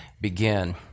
begin